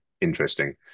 interesting